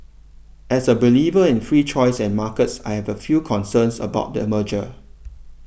as a believer in free choice and markets I have a few concerns about the merger